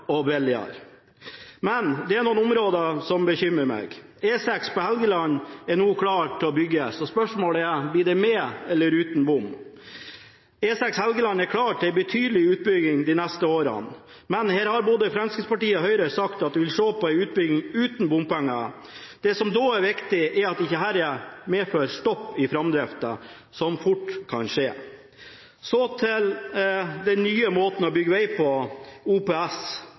billigere. Men det er noen områder som bekymrer meg: E6 på Helgeland er nå klar til å bygges. Spørsmålet er om det blir med eller uten bom. E6 på Helgeland er klar til en betydelig utbygging de neste årene, men her har både Fremskrittspartiet og Høyre sagt at de vil se på en utbygging uten bompenger. Det som da er viktig, er at dette ikke medfører stopp i framdriften, som fort kan skje. Så til den nye måten å bygge vei på, OPS.